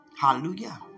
Hallelujah